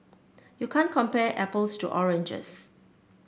you can't compare apples to oranges